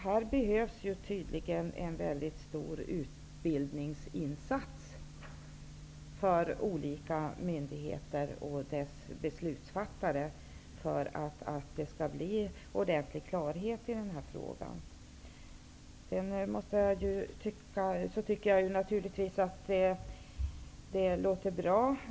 Här behövs tydligen en mycket stor utbildningsinsats för olika myndigheter och deras beslutsfattare för att det skall bli ordentlig klarhet i denna fråga. Jag tycker att det statsrådet sade låter bra.